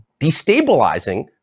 destabilizing